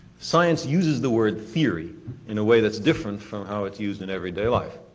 science uses the word theory in a way that's different from how it's used in everyday life.